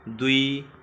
दुई